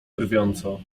drwiąco